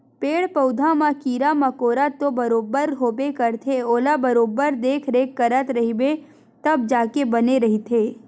पेड़ पउधा म कीरा मकोरा तो बरोबर होबे करथे ओला बरोबर देखरेख करत रहिबे तब जाके बने रहिथे